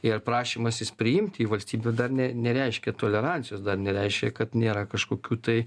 ir prašymasis priimti į valstybę dar ne nereiškia tolerancijos dar nereiškia kad nėra kažkokių tai